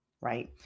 right